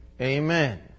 Amen